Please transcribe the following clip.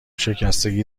شکستگی